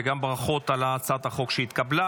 וגם ברכות על הצעת החוק שהתקבלה.